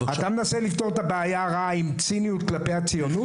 מנסה לפתור את הבעיה הרעה עם ציניות כלפי הציונות?